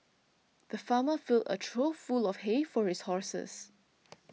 the farmer filled a trough full of hay for his horses